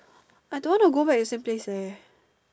I don't want to go back the same place leh